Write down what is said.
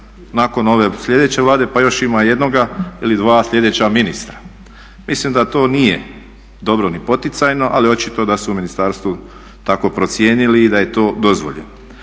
nakon ove sljedeće vlade pa još ima jednoga ili dva sljedeća ministra. Mislim da to nije dobro ni poticajno, ali očito da su u ministarstvu tako procijenili i da je to dozvoljeno.